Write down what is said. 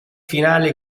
finale